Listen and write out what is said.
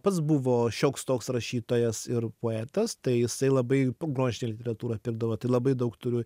pats buvo šioks toks rašytojas ir poetas tai jisai labai grožinę literatūrą pirkdavo tai labai daug turiu